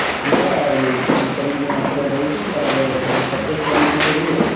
ଯିବା ଆଉ ପଚିଶ ତାରିଖ ଦିନ ମଥୁରା ଯାଇକି ତା'ପରେ ଛବିଶ ସତେଇଶ ତାରିଖ ଦିନ ଫେରିବୁ ଆଉ